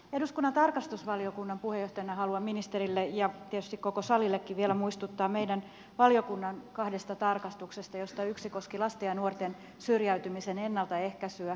eduskunnan tarkastusvaliokunnan puheenjohtajana haluan ministerille ja tietysti koko salillekin vielä muistuttaa meidän valiokunnan kahdesta tarkastuksesta joista yksi koski lasten ja nuorten syrjäytymisen ennaltaehkäisyä